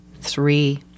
three